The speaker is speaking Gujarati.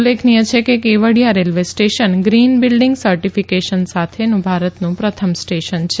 ઉલ્લેખનીય છે કે Kevadia railway station green building certification સાથેનું ભારતનું પ્રથમ સ્ટેશન છે